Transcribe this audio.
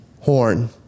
horn